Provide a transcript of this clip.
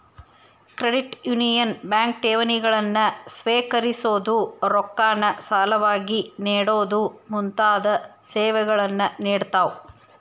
credit union bank ಠೇವಣಿಗಳನ್ನ ಸ್ವೇಕರಿಸೊದು, ರೊಕ್ಕಾನ ಸಾಲವಾಗಿ ನೇಡೊದು ಮುಂತಾದ ಸೇವೆಗಳನ್ನ ನೇಡ್ತಾವ